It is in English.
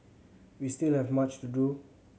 we still have much to do